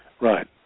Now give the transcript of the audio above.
Right